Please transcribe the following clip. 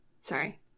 Sorry